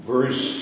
Verse